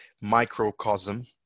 microcosm